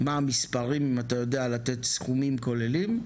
מה המספרים אם אתה יודע לתת סכומים כוללים,